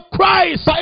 Christ